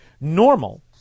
normal